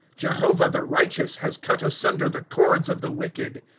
jehovah, the righteous. has cut asunder the cords of the wicked.